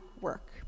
work